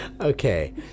Okay